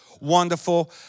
wonderful